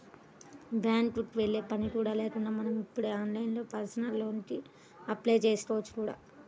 బ్యాంకుకి వెళ్ళే పని కూడా లేకుండా మనం ఇప్పుడు ఆన్లైన్లోనే పర్సనల్ లోన్ కి అప్లై చేసుకోవచ్చు కూడా